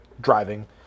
driving